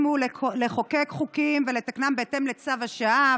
הוא לחוקק חוקים ולתקנם בהתאם לצו השעה,